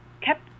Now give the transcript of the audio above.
kept